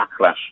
backlash